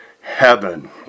heaven